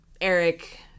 Eric